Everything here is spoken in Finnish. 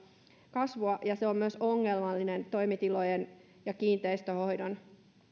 kasvua ja se on myös ongelmallinen toimitilojen ja kiinteistönhoidon